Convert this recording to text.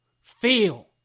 feel